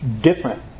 different